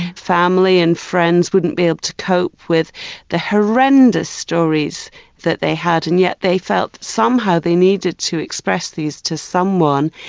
family and friends wouldn't be able to cope with the horrendous stories that they had, and yet they felt that somehow they needed to express these to someone.